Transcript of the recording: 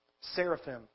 Seraphim